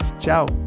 Ciao